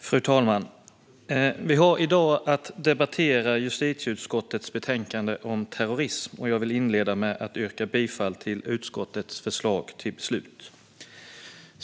Fru talman! Vi debatterar nu justitieutskottets betänkande om terrorism. Jag vill inleda med att yrka bifall till utskottets förslag till beslut.